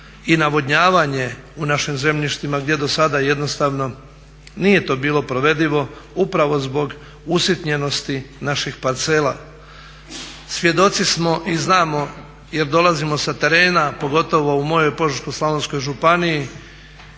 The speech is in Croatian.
i navodnjavanje u našim zemljištima gdje do sada jednostavno nije to bilo provedivo upravo zbog usitnjenosti naših parcela. Svjedoci smo i znamo jer dolazimo sa terena pogotovo u mojoj Požeško-slavonskoj županiji